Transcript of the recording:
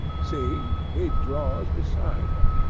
see! he draws beside her.